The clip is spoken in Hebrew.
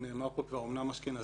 נאמר פה כבר שהוא אמנם אשכנזי